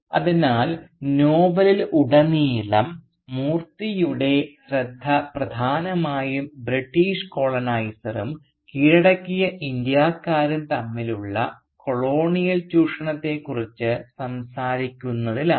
അതിനാൽ നോവലിലുടനീളം മൂർത്തിയുടെ ശ്രദ്ധ പ്രധാനമായും ബ്രിട്ടീഷ് കോളോനൈസറുo കീഴടക്കിയ ഇന്ത്യക്കാരും തമ്മിലുള്ള കൊളോണിയൽ ചൂഷണത്തെക്കുറിച്ച് സംസാരിക്കുന്നതിലാണ്